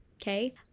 Okay